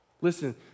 Listen